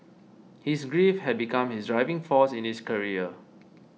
his grief had become his driving force in his career